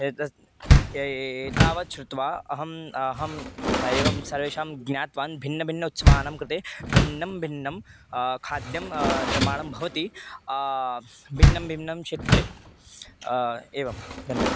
एतस्य एतावत् श्रुत्वा अहम् अहम् एवं सर्वेषां ज्ञातवान् भिन्नभिन्नम् उत्सवानां कृते भिन्नं भिन्नं खाद्यं निर्माणं भवति भिन्नं भिन्नं क्षेत्रे एवं धन्यवादः